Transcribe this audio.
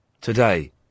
today